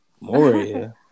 Moria